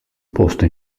posto